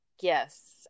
Yes